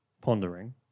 Pondering